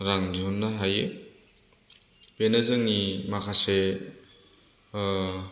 रां दिहुननो हायो बेनो जोंनि माखासे ओ